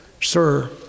Sir